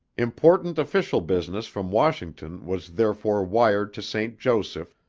important official business from washington was therefore wired to st. joseph,